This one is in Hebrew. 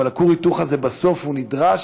אבל כור ההיתוך הזה בסוף הוא נדרש,